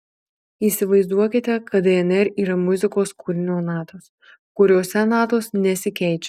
įsivaizduokite kad dnr yra muzikos kūrinio natos kuriose natos nesikeičia